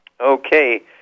Okay